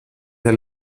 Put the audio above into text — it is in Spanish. del